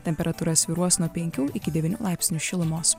temperatūra svyruos nuo penkių iki devynių laipsnių šilumos